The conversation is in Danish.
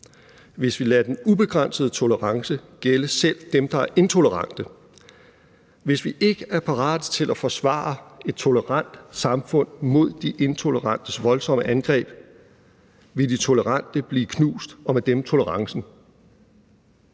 Hvis vi lader den ubegrænsede tolerance gælde selv dem, der er intolerante, hvis vi ikke er parate til at forsvare et tolerant samfund mod de intolerantes voldsomme angreb, vil de tolerante blive knust og med dem tolerancen.